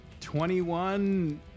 21